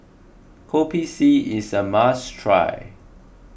Kopi C is a must try